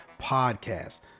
Podcast